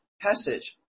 passage